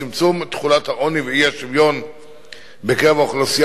צמצום תחולת העוני והאי-שוויון בקרב האוכלוסייה